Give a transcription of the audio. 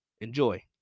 Enjoy